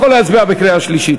אני יכול להצביע בקריאה שלישית?